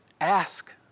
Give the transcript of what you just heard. ask